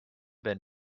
ben